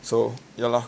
so ya lor